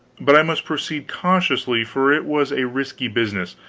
but i must proceed cautiously, for it was a risky business.